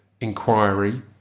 inquiry